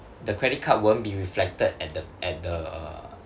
the credit card won't be reflected at the at the